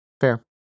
Fair